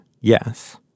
yes